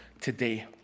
today